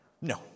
No